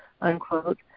unquote